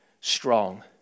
strong